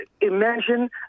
Imagine